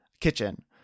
kitchen